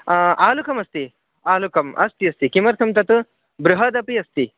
आलुकमस्ति आलुकम् अस्ति अस्ति किमर्थं तत् बृहदपि अस्ति